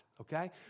okay